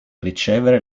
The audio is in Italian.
ricevere